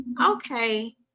okay